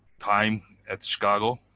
time at chicago